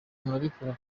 murabikora